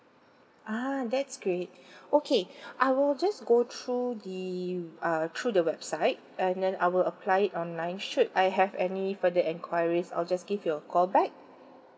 ah that's great okay I will just go through the uh through the website and then I will apply it online should I have any further enquiries I'll just give you a call back